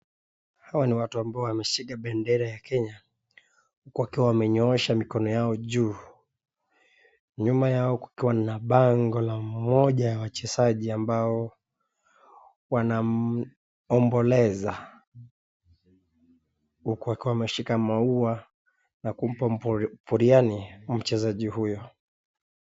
Hawa ni watu ambao wameshika bendera ya kenya huku wakiwa wamenyoosha mikono yao juu. Nyuma yao kukiwa na bango la mmoja ya wachezaji ambao wanaomboleza huku wakiwa wameshika maua na kumpaa buriani mchezaji huyo.